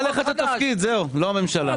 הוא הטיל עליך את התפקיד, לא על הממשלה.